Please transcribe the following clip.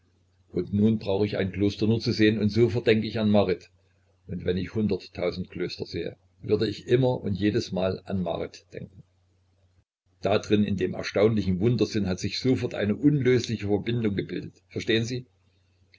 und nun brauche ich ein kloster nur zu sehen und sofort denke ich an marit und wenn ich hundert tausend klöster sähe würde ich immer und jedesmal an marit denken da drin in dem erstaunlichen wundersinn hat sich sofort eine unlösliche verbindung gebildet verstehen sie